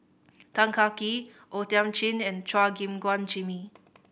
Tan Kah Kee O Thiam Chin and Chua Gim Guan Jimmy